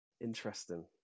interesting